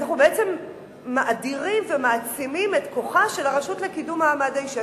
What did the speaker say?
אנחנו בעצם מאדירים ומעצימים את כוחה של הרשות לקידום מעמד האשה,